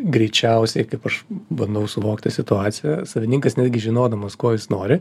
greičiausiai kaip aš bandau suvokti situaciją savininkas netgi žinodamas ko jis nori